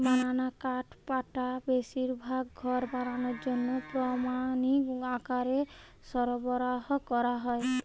বানানা কাঠপাটা বেশিরভাগ ঘর বানানার জন্যে প্রামাণিক আকারে সরবরাহ কোরা হয়